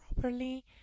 properly